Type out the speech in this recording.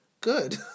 Good